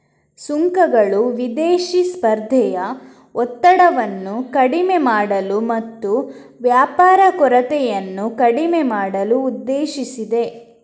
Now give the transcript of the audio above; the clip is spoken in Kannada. ಸುಂಕಗಳು ವಿದೇಶಿ ಸ್ಪರ್ಧೆಯ ಒತ್ತಡವನ್ನು ಕಡಿಮೆ ಮಾಡಲು ಮತ್ತು ವ್ಯಾಪಾರ ಕೊರತೆಯನ್ನು ಕಡಿಮೆ ಮಾಡಲು ಉದ್ದೇಶಿಸಿದೆ